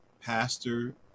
pastor